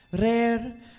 Rare